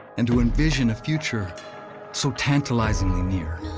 and to envision a future so tantalizingly near.